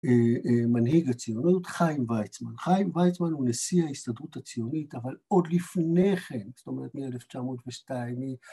מנהיג הציונות חיים ויצמן. חיים ויצמן הוא נשיא ההסתדרות הציונית אבל עוד לפני כן, זאת אומרת מ-1902